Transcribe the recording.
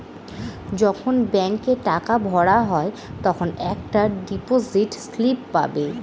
যখন ব্যাঙ্কে টাকা ভরা হয় তখন একটা ডিপোজিট স্লিপ পাবে